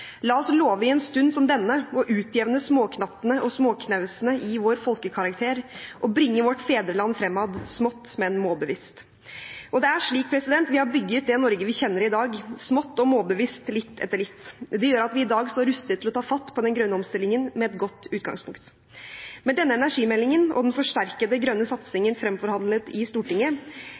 la oss love i en stund som denne å utjevne småknattene og småknausene i vår folkekarakter og bringe vårt fedreland fremad, smått men målbevisst.» Det er slik at vi har bygget det Norge vi kjenner i dag, smått og målbevisst, litt etter litt. Det gjør at vi i dag står rustet til å ta fatt på den grønne omstillingen med et godt utgangspunkt. Med denne energimeldingen og den forsterkede grønne satsingen fremforhandlet i Stortinget